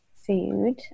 food